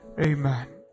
Amen